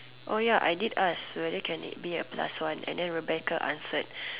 ya I did ask whether can it be a plus one and then Rebecca answered